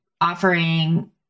offering